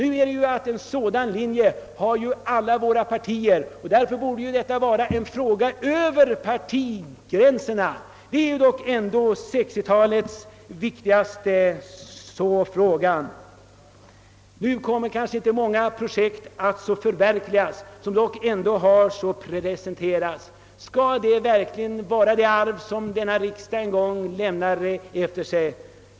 Nu har ju alla våra partier en sådan programpunkt, och därför borde detta vara en fråga över partigränserna. Det är ju ändå 1960-talets viktigaste fråga. Nu kommer kanske många av SIDA:s projekt att inte förverkligas trots att de har presenterats och utlovats. Skall det verkligen vara det arv denna riksdag en gång lämnar efter sig?